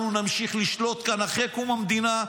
אנחנו נמשיך לשלוט כאן אחרי קום המדינה,